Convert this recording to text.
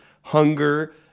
hunger